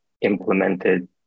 implemented